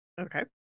Okay